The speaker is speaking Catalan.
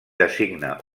designa